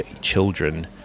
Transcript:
children